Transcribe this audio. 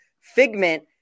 Figment